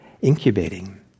incubating